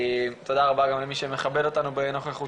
תודה רבה גם למי שמכבד אותנו בנוכחותו.